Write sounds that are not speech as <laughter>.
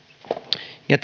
ja <unintelligible>